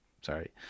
Sorry